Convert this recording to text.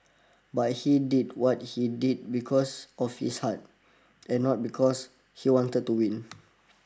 but he did what he did because of his heart and not because he wanted to win